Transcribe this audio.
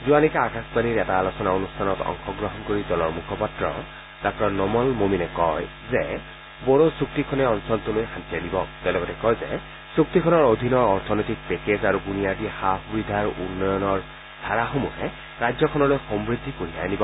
যোৱা নিশা আকাশবাণীৰ এটা আলোচনা অনুষ্ঠানত অংশগ্ৰহণ কৰি দলৰ মুখপত্ৰ ডঃ নোমল মমিনে কয় যে বড়ো চুক্তিখনে অঞ্চলটোলৈ শান্তি আনিব তেওঁ লগতে কয় যে চুক্তিখনৰ অধীনৰ অৰ্থনৈতিক পেকেজ আৰু বুনিয়াদী সা সুবিধাৰ উন্নয়নৰ ধাৰাসমূহে ৰাজ্যখনলৈ সমূদ্ধি কঢ়িয়াই আনিব